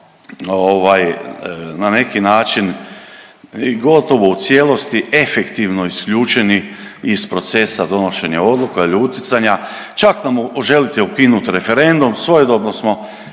na neki način i gotovo u cijelosti efektivno isključeni iz procesa donošenja odluka ili utjecanja, čak nam želite ukinuti referendum, svojedobno smo